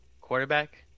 quarterback